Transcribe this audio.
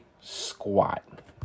squat